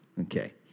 Okay